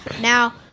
now